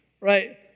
right